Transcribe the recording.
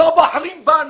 לא בוחרים בנו,